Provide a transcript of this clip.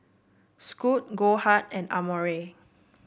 Scoot Goldheart and Amore